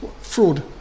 fraud